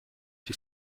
die